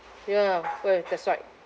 ya poor that's right